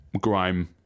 grime